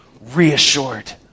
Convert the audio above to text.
reassured